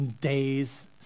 days